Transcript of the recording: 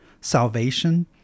salvation